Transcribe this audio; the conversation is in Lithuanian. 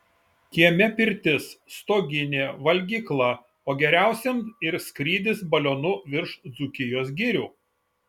kieme pirtis stoginė valgykla o geriausiems ir skrydis balionu virš dzūkijos girių